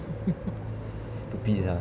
stupid lah